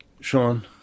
Sean